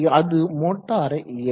அது மோட்டாரை இயக்கும்